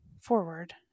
forward